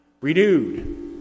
Renewed